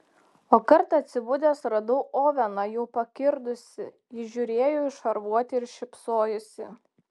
o kartą atsibudęs radau oveną jau pakirdusį jis žiūrėjo į šarvuotį ir šypsojosi